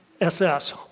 SS